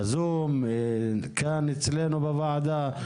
בזום או כאן אצלנו בוועדה?